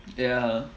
ya